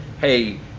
hey